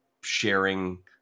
sharing